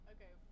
Okay